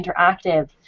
interactive